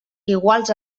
iguals